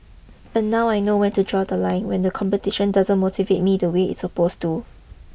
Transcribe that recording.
but now I know when to draw the line when the competition doesn't motivate me the way it's supposed to